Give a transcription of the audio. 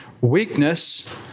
weakness